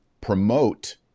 promote